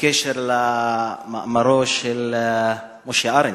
בקשר למאמרו של משה ארנס,